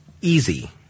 easy